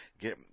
get